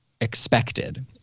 expected